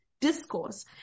discourse